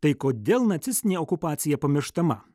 tai kodėl nacistinė okupacija pamirštama